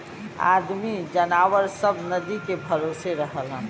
आदमी जनावर सब नदी के भरोसे रहलन